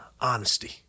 Honesty